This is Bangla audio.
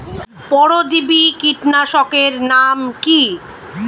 পরজীবী কীটনাশকের নাম কি?